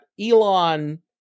Elon